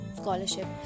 scholarship